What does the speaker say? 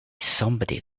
somebody